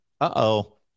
Uh-oh